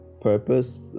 purpose